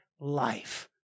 life